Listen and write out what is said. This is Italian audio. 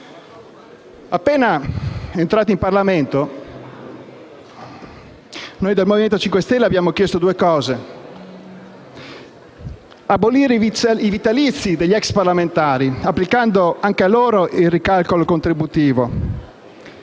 Appena entrati in Parlamento noi del Movimento 5 Stelle abbiamo chiesto due cose: abolire i vitalizi degli ex parlamentari, applicando anche a loro il ricalcolo contributivo,